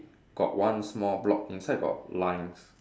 got one small block inside got lines